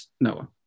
Noah